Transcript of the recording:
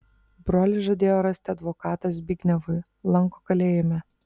brolis žadėjo rasti advokatą zbignevui lanko kalėjime